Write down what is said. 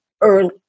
early